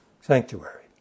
sanctuary